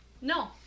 No